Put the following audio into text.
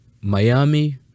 Miami